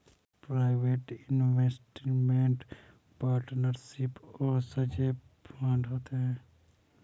private investment partnership और साझे fund होते हैं